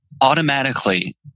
automatically